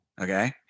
okay